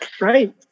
right